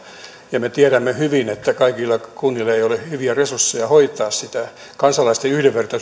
ja me tiedämme hyvin että kaikilla kunnilla ei ole hyviä resursseja hoitaa sitä kansalaisten yhdenvertaisuuden kannalta velkaneuvonta